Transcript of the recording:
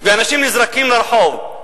ואנשים נזרקים לרחוב?